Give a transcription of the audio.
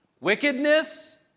wickedness